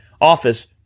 office